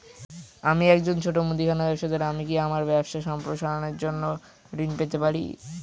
আমি একজন ছোট মুদিখানা ব্যবসাদার আমি কি আমার ব্যবসা সম্প্রসারণের জন্য ঋণ পেতে পারি?